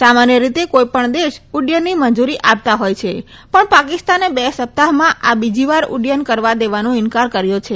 સામાન્ય રીતે કોઈપણ દેશ ઉડ્ડયનની મંજુરી આપતા હોય છે પણ પાકીસ્તાને બે સપ્તાહમાં આ બીજીવાર ઉડ્ડયન કરવા દેવાનો ઈન્કાર કર્યો છે